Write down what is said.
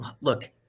Look